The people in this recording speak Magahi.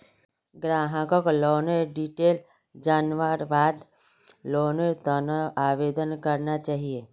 ग्राहकक लोनेर डिटेल जनवार बाद लोनेर त न आवेदन करना चाहिए